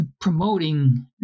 promoting